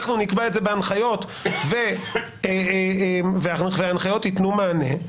אנחנו נקבע את זה בהנחיות וההנחיות יתנו מענה,